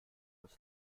muss